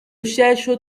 cherche